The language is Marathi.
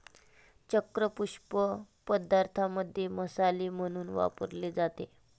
चक्र पुष्प पदार्थांमध्ये मसाले म्हणून वापरले जाते